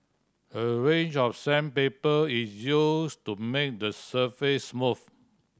a range of sandpaper is used to make the surface smooth